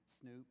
Snoop